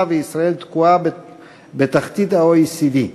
וישראל תקועה בתחתית הדירוג של ה-OECD.